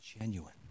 genuine